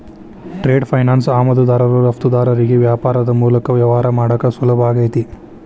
trade finance ಆಮದುದಾರರು ರಫ್ತುದಾರರಿಗಿ ವ್ಯಾಪಾರದ್ ಮೂಲಕ ವ್ಯವಹಾರ ಮಾಡಾಕ ಸುಲಭಾಕೈತಿ